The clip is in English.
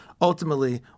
ultimately